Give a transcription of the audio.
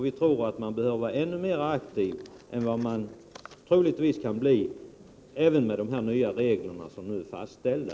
Vi tror att man behöver vara ännu mer aktiv än vad som troligtvis blir fallet även med de nya reglerna.